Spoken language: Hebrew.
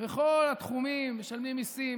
בכל התחומים: משלמים מיסים,